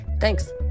Thanks